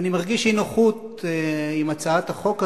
אני מרגיש אי-נוחות עם הצעת החוק הזו,